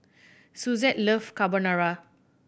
Suzette love Carbonara